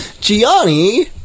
Gianni